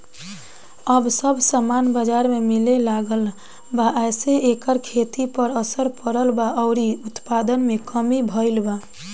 अब सब सामान बजार में मिले लागल बा एसे एकर खेती पर असर पड़ल बा अउरी उत्पादन में कमी भईल बा